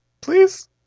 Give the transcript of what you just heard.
Please